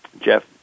jeff